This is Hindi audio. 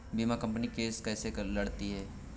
बीमा कंपनी केस कैसे लड़ती है?